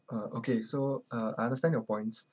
uh okay so uh I understand your points